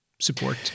support